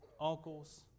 uncles